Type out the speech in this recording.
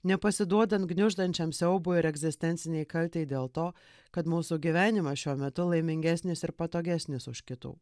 nepasiduodant gniuždančiam siaubui ir egzistencinei kaltei dėl to kad mūsų gyvenimas šiuo metu laimingesnis ir patogesnis už kitų